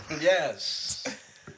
Yes